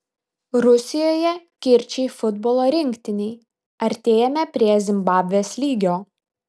rusijoje kirčiai futbolo rinktinei artėjame prie zimbabvės lygio